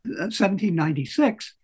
1796